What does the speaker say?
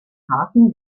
harten